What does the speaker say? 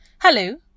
Hello